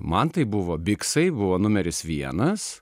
man tai buvo biksai buvo numeris vienas